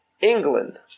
England